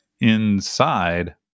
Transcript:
inside